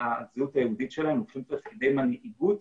הם לוקחים תפקידי מנהיגות.